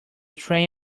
train